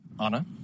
Anna